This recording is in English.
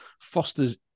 fosters